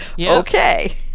okay